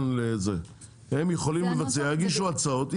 הם יכולים לבצע, יגישו הצעות.